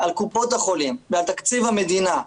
על קופות החולים ועל תקציב המדינה,